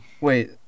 Wait